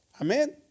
Amen